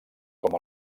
com